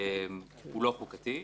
הוא לא חוקתי.